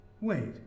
Wait